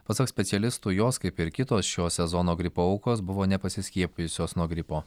pasak specialistų jos kaip ir kitos šio sezono gripo aukos buvo nepasiskiepijusios nuo gripo